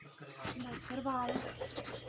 Bakarwal